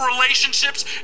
relationships